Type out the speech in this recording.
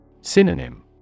Synonym